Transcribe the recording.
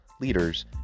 leaders